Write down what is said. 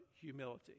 humility